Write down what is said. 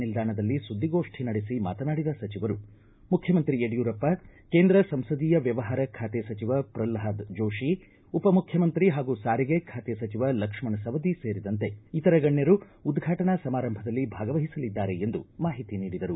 ನಿಲ್ದಾಣದಲ್ಲಿ ಸುದ್ದಿಗೋಷ್ಠಿ ನಡೆಸಿ ಮಾತನಾಡಿದ ಸಚಿವರು ಮುಖ್ಯಮಂತ್ರಿ ಯಡಿಯೂರಪ್ಪ ಕೇಂದ್ರ ಸಂಸದೀಯ ವ್ಯವಹಾರ ಬಾತೆ ಸಚಿವ ಪ್ರಲ್ವಾದ ಜೋಶಿ ಉಪಮುಖ್ಯಮಂತ್ರಿ ಹಾಗೂ ಸಾರಿಗೆ ಬಾತೆ ಸಚಿವ ಲಕ್ಷ್ಮಣ ಸವದಿ ಸೇರಿದಂತೆ ಇತರ ಗಣ್ಯರು ಉದ್ಘಾಟನಾ ಸಮಾರಂಭದಲ್ಲಿ ಭಾಗವಹಿಸಲಿದ್ದಾರೆ ಎಂದು ಮಾಹಿತಿ ನೀಡಿದರು